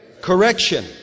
Correction